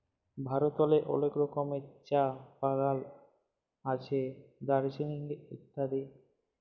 ভারতেল্লে অলেক রকমের চাঁ বাগাল আছে দার্জিলিংয়ে ইত্যাদি